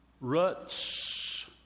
Ruts